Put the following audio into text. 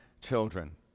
children